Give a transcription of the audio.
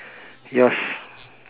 yours